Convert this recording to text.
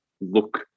look